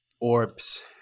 orbs